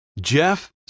Jeff